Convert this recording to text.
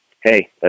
hey